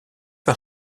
par